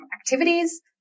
activities